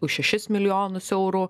už šešis milijonus eurų